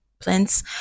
Plants